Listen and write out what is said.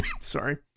sorry